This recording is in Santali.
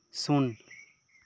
ᱥᱩᱱ